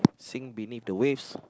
sink beneath the waves